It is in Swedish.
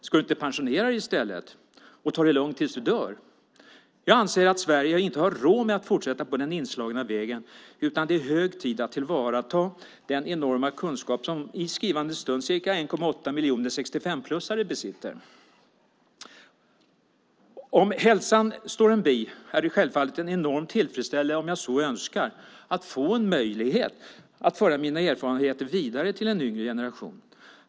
Ska du inte pensionera dig i stället och ta det lugnt tills du dör?" Jag anser att Sverige inte har råd med att fortsätta på den inslagna vägen utan det är hög tid att tillvarata den enorma kunskap som i skrivande stund ca 1,8 miljoner 65-plussare besitter. Om hälsan står en bi är det självfallet en enorm tillfredsställelse, om jag så önskar, att få möjlighet att föra mina erfarenheter vidare till en yngre generation.